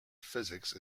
physics